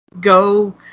go